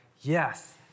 yes